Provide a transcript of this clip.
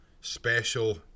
special